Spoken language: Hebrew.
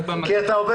רק בעת המגפה.